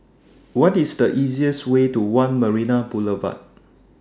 What IS The easiest Way to one Marina Boulevard